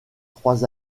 trois